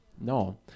No